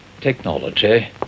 technology